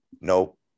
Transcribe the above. Nope